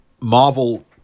Marvel